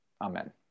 Amen